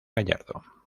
gallardo